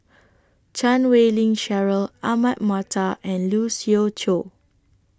Chan Wei Ling Cheryl Ahmad Mattar and Lee Siew Choh